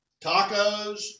Tacos